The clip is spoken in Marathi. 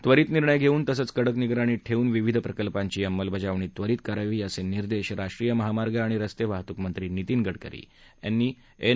त्वरित निर्णय घेऊन तसंच कडक निगराणी ठेवून विविध प्रकल्पांची अंमलबजावणी त्वरित करावी असे निर्देश राष्ट्रीय महामार्ग आणि रस्ते वाहतूक मंत्री नितीन गडकरी यांनी एन